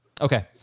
Okay